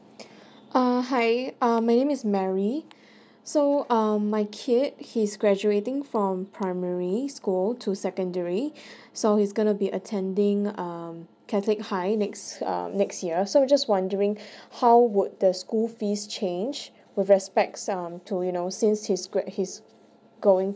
err hi uh my name is mary so um my kid he's graduating from primary school to secondary so he's gonna be attending um catholic high next um next year so we just wondering how would the school fees change with respects um to you know since he's grad he's going